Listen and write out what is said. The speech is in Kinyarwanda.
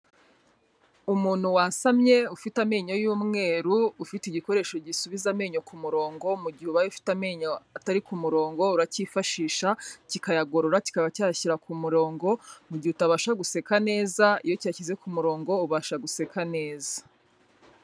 Umuntu wasamye ufite amenyo y'umweru, ufite igikoresho gisubiza amenyo ku murongo mu gihe ubaye ufite amenyo atari ku murongo urakifashisha, kikayagorora kikaba cyayashyira ku murongo, mu gihe utabasha guseka neza iyo kiyashyize ku murongo ubasha guseka neza.